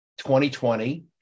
2020